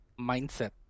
mindset